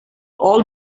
all